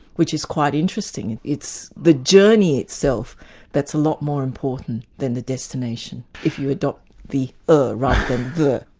which is quite interesting. and it's the journey itself that's a lot more important than the destination, if the adopt the a rather than the.